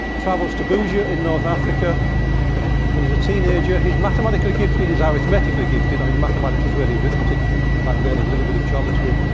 travels to bugia in north africa when he's a teenager. he's mathematically gifted. he's arithmetically gifted. i mean, mathematics was really arithmetic back then, a little bit of geometry.